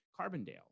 Carbondale